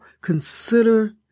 consider